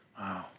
Wow